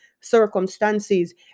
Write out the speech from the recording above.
circumstances